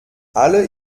alle